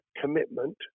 commitment